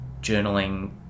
journaling